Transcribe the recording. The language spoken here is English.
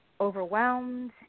overwhelmed